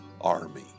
army